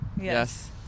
Yes